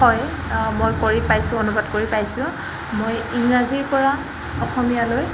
হয় মই কৰি পাইছোঁ অনুবাদ কৰি পাইছোঁ মই ইংৰাজীৰ পৰা অসমীয়ালৈ